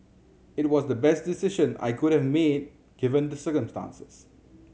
it was the best decision I could have made given the circumstances